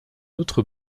autre